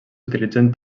utilitzen